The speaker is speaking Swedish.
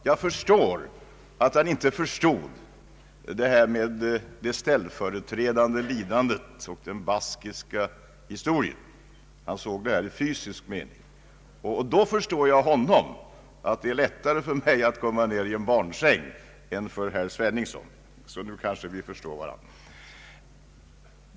Jag förstår att han inte förstod det här med det ställföreträdande lidandet och den baskiska historien. Han såg det här i fysisk mening. Och då förstår jag honom, att det är lättare för mig att komma ned i en barnsäng än för herr Sveningsson. Så då kanske vi förstår varandra.